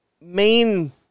main